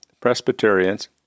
Presbyterians